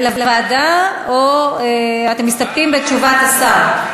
לוועדה, או אתם מסתפקים בתשובת השר?